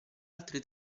altri